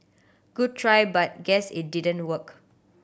good try but guess it didn't work